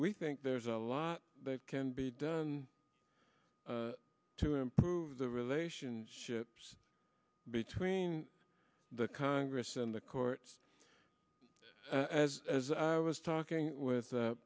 we think there's a lot that can be done to improve the relationships between the congress and the courts as as i was talking with